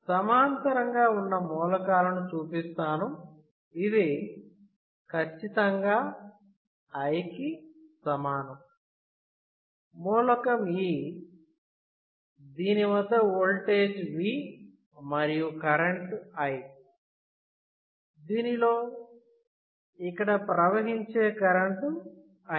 సమాంతరంగా ఉన్న మూలకాలను చూపిస్తాను ఇది ఖచ్చితంగా I కి సమానం మూలకం E దీని వద్ద ఓల్టేజ్ V మరియు కరెంట్ I దీనిలో ఇక్కడ ప్రవహించే కరెంటు I